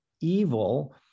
evil